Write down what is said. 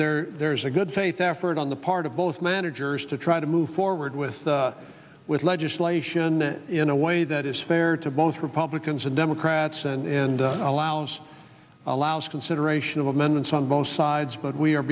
there there's a good faith effort on the part of both managers to try to move forward with with legislation in a way that is fair to both republicans and democrats and allows allows consideration of amendments on both sides but we are